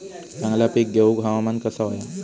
चांगला पीक येऊक हवामान कसा होया?